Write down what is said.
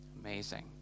Amazing